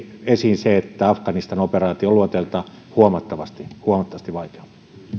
esiin se että afganistan operaatio on luonteeltaan huomattavasti huomattavasti vaikeampi